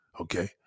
okay